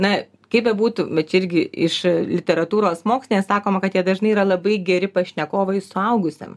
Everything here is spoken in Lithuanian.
na kaip bebūtų bet čia irgi iš literatūros mokslinės sakoma kad jie dažnai yra labai geri pašnekovui suaugusiam